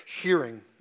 hearing